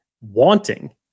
wanting